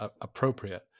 appropriate